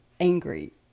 angry